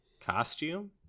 costume